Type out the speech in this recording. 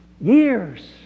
years